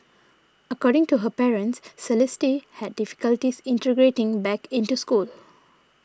according to her parents Celeste had difficulties integrating back into school